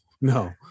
no